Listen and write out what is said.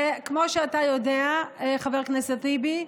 כמו שאתה יודע, חבר הכנסת טיבי,